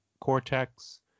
cortex